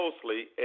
closely